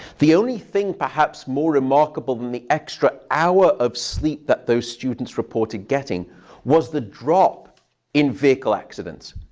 the only thing perhaps more remarkable than the extra hour of sleep that those students reported getting was the drop in vehicle accidents.